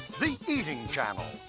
the eating channel,